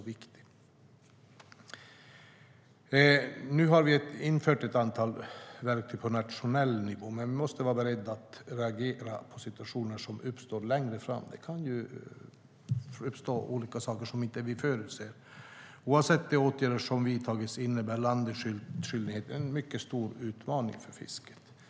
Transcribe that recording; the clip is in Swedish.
Vi har infört ett antal verktyg på nationell nivå, men vi måste vara beredda att reagera på situationer som uppstår längre fram. Det kan uppstå saker som vi inte kunnat förutse. Oavsett de åtgärder som vidtagits innebär landningsskyldigheten en stor utmaning för fisket.